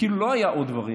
וכאילו לא היו עוד דברים,